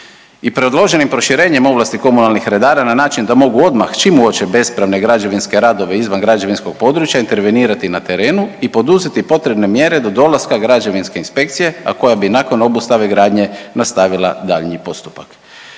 I predloženim proširenjem ovlasti komunalnih redara na način da mogu odmah čim uoče bespravne građevinske radove izvan građevinskog područja intervenirati na terenu i poduzeti potrebne mjere do dolaska građevinske inspekcije a koja bi nakon obustave gradnje nastavila daljnji postupak.